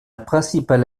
principale